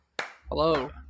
Hello